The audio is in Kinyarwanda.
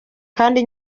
kandi